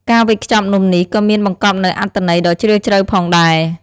ការវេចខ្ចប់នំនេះក៏មានបង្កប់នូវអត្ថន័យដ៏ជ្រាលជ្រៅផងដែរ។